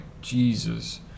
jesus